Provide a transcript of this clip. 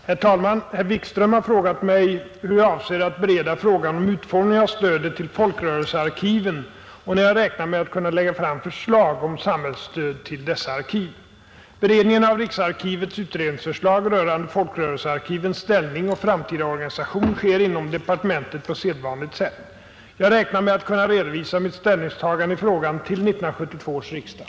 Herr talman! Herr Wikström har frågat mig hur jag avser att bereda frågan om utformningen av stödet till folkrörelsearkiven och när jag räknar med att kunna lägga fram förslag om samhällsstöd till dessa arkiv. Beredningen av riksarkivets utredningsförslag rörande folkrörelsearkivens ställning och framtida organisation sker inom departementet på sedvanligt sätt. Jag räknar med att kunna redovisa mitt ställningstagande i frågan till 1972 års riksdag.